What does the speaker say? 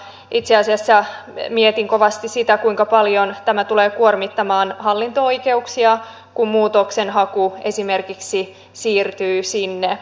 itse asiassa mietin kovasti sitä kuinka paljon tämä tulee kuormittamaan hallinto oikeuksia kun muutoksenhaku esimerkiksi siirtyy sinne